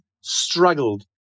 struggled